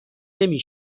نمی